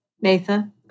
Nathan